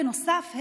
בנוסף,